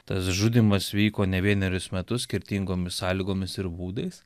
tas žudymas vyko ne vienerius metus skirtingomis sąlygomis ir būdais